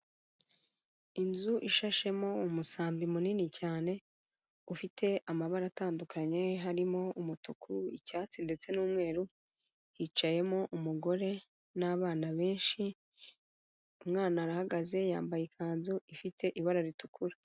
Inzu ishashemo umusambi munini cyane ufite amabara atandukanye harimo umutuku, icyatsi ndetse n'umweru, hicayemo umugore n'abana benshi, umwana arahagaze yambaye ikanzu ifite ibara ritukura.